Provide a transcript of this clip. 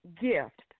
gift